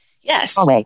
Yes